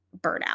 burnout